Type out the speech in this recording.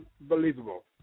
unbelievable